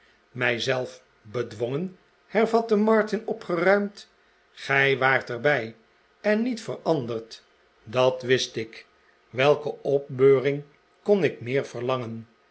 zelf bedwongen hervatte martin opgeruimd gij waart er bij en niet veranderd dat wist ik welke opbeuring kon ik meer verlangen